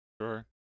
sure